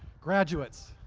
graduates,